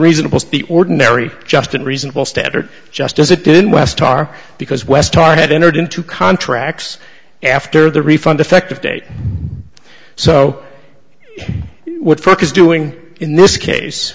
reasonable ordinary just and reasonable standard just as it did in west to our because west thought had entered into contracts after the refund effective date so would focus doing in this case